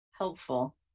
helpful